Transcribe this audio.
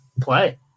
play